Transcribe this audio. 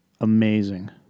amazing